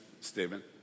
statement